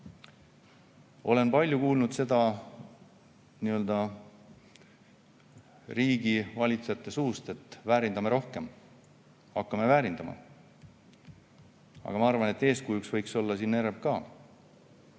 Olen palju kuulnud nii-öelda riigivalitsejate suust, et väärindame rohkem, hakkame väärindama. Ma arvan, et eeskujuks võiks siin olla